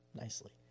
nicely